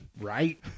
Right